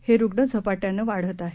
हे रुग्ण झपाट्यानं वाढत आहेत